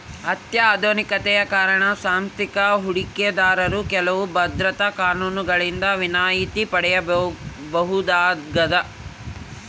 ಅತ್ಯಾಧುನಿಕತೆಯ ಕಾರಣ ಸಾಂಸ್ಥಿಕ ಹೂಡಿಕೆದಾರರು ಕೆಲವು ಭದ್ರತಾ ಕಾನೂನುಗಳಿಂದ ವಿನಾಯಿತಿ ಪಡೆಯಬಹುದಾಗದ